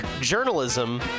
journalism